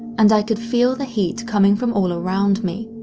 and i could feel the heat coming from all around me.